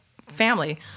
family